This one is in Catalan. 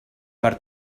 per